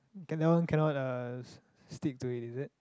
ok that one cannot uh stick to it is it